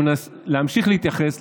להמשיך להתייחס,